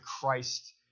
Christ